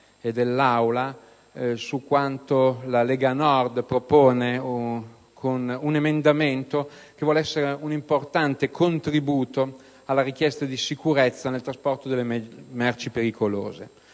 e dell'Aula quanto la Lega Nord propone attraverso un emendamento che vuol essere un importante contributo alla richiesta di sicurezza nel trasporto delle merci pericolose.